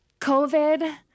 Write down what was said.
COVID